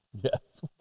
Yes